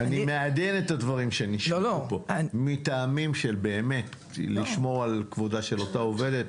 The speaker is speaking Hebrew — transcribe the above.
אני מעדן את הדברים שנאמרו פה כדי לשמור על כבודה של אותה עובדת,